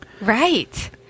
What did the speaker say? Right